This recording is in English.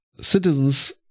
citizens